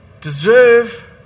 deserve